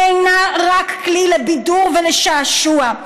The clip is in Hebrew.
ואינה רק כלי לבידור ולשעשוע,